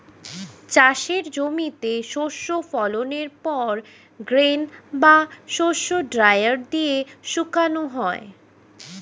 চাষের জমিতে শস্য ফলনের পর গ্রেন বা শস্য ড্রায়ার দিয়ে শুকানো হয়